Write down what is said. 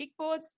kickboards